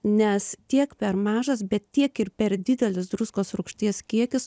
nes tiek per mažas bet tiek ir per didelis druskos rūgšties kiekis